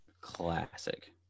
classic